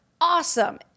awesome